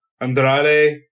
Andrade